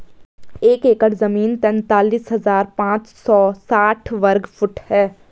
एक एकड़ जमीन तैंतालीस हजार पांच सौ साठ वर्ग फुट है